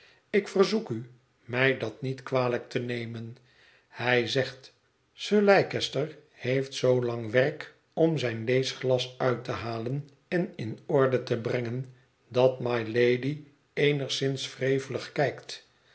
ik verzoek u mij dat niet kwalijk te nemen hij zegt sir leicester heeft zoo lang werk om zijn leesglas uit te halen en in orde te brengen dat mylady eenigszins wrevelig kijkt